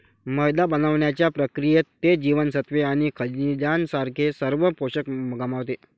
मैदा बनवण्याच्या प्रक्रियेत, ते जीवनसत्त्वे आणि खनिजांसारखे सर्व पोषक गमावते